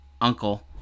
uncle